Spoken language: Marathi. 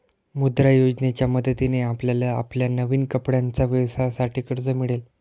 मुद्रा योजनेच्या मदतीने आपल्याला आपल्या नवीन कपड्यांच्या व्यवसायासाठी कर्ज मिळेल